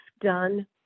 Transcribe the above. done